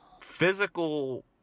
physical